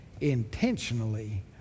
intentionally